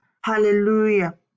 Hallelujah